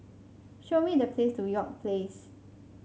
show me The Place to York Place